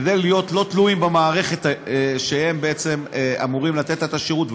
כדי להיות לא תלויים במערכת שהם אמורים לתת לה את השירות,